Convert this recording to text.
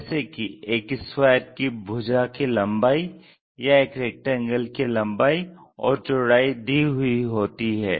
जैसे कि एक स्क्वायर की भुजा की लंबाई या एक रैक्टेंगल की लंबाई और चौड़ाई दी हुई होती है